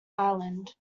island